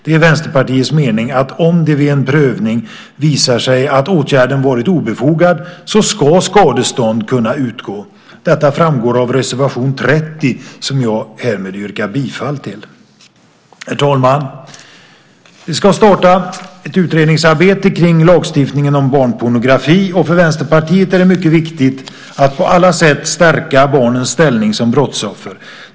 Det är Vänsterpartiets mening att om det vid en prövning visar sig att åtgärden varit obefogad ska skadestånd kunna utgå. Detta framgår av reservation 30, som jag härmed yrkar bifall till. Herr talman! Det ska starta ett utredningsarbete kring lagstiftningen om barnpornografi, och för Vänsterpartiet är det mycket viktigt att på alla sätt stärka barnens ställning som brottsoffer.